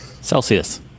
Celsius